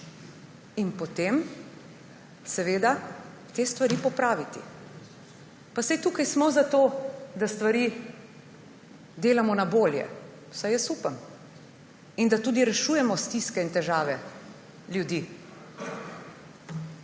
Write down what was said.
in potem te stvari popraviti. Pa saj tukaj smo zato, da stvari delamo na bolje, vsaj jaz upam, in da tudi rešujemo stiske in težave ljudi.